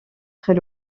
très